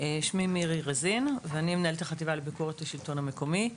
אני מנהלת החטיבה לביקורת השלטון המקומי.